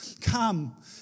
come